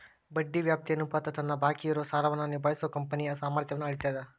ಬಡ್ಡಿ ವ್ಯಾಪ್ತಿ ಅನುಪಾತ ತನ್ನ ಬಾಕಿ ಇರೋ ಸಾಲವನ್ನ ನಿಭಾಯಿಸೋ ಕಂಪನಿಯ ಸಾಮರ್ಥ್ಯನ್ನ ಅಳೇತದ್